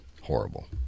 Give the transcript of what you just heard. Horrible